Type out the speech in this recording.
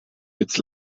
its